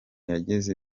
yagenze